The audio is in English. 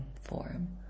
form